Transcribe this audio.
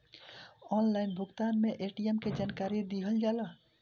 Online भुगतान में ATM के जानकारी दिहल जाला?